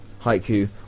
haiku